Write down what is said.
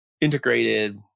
integrated